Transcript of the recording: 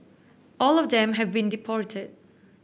all of them have been deported